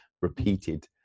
repeated